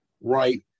right